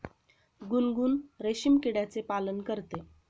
गुनगुन रेशीम किड्याचे पालन करते